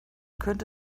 könnte